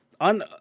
on